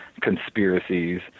conspiracies